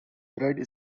red